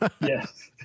Yes